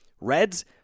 Reds